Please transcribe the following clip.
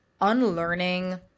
unlearning